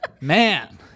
man